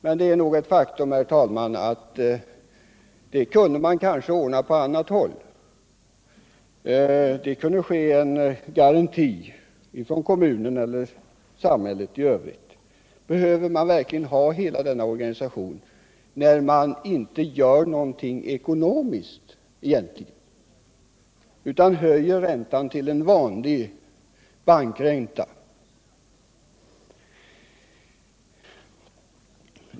Men faktum är nog, herr talman, att det kunde man ordna på annat håll. Det kunde lämnas en garanti från kommunen eller samhället i övrigt. Behöver man verkligen ha hela denna organisation, när man egentligen inte gör någonting ekonomiskt, utan höjer räntan till vanlig bankräntenivå?